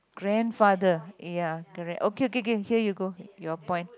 grandfather ya correct okay okay okay here you go your point